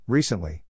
Recently